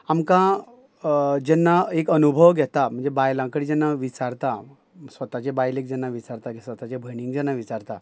आमकां जेन्ना एक अनुभव घेता म्हणजे बायलां कडे जेन्ना विचारता स्वताचे बायलेक जेन्ना विचारता की स्वताच्या भयणींक जेन्ना विचारता